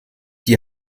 die